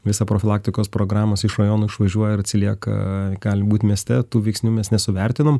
visą profilaktikos programos iš rajono išvažiuoja ar atsilieka gali būt mieste tų veiksnių mes nesuvertinom